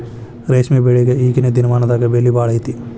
ರೇಶ್ಮೆ ಬೆಳಿಗೆ ಈಗೇನ ದಿನಮಾನದಾಗ ಬೆಲೆ ಭಾಳ ಐತಿ